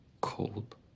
cold